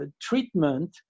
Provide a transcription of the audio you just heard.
treatment